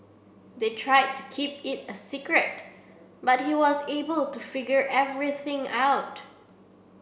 they try to keep it a secret but he was able to figure everything out